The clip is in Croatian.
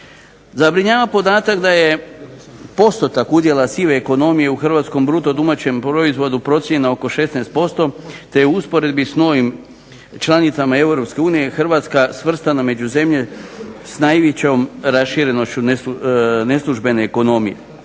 Zabrinjava podatak da je postotak udjela sive ekonomije u hrvatskom bruto domaćem proizvodu procjena oko 16% te je u usporedbi sa novim članicama EU Hrvatska svrstana među zemlje s najvećom raširenošću neslužbene ekonomije.